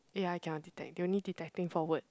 ya A_I cannot detect they only detecting for word